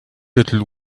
little